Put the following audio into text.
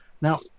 Now